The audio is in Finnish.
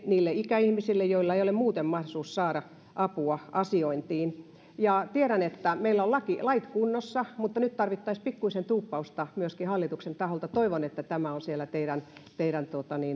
niille ikäihmisille joilla ei ole muuten mahdollisuutta saada apua asiointiin tiedän että meillä ovat lait kunnossa mutta nyt tarvittaisiin pikkuisen tuuppausta myöskin hallituksen taholta toivon että tämä on siellä teidän teidän